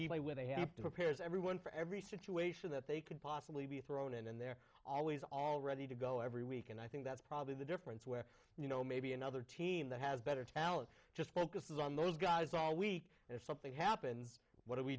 may when they have to pairs everyone for every situation that they could possibly be thrown in and they're always all ready to go every week and i think that's probably the difference where you know maybe another team that has better talent just focuses on those guys all week and if something happens what do we